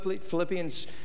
Philippians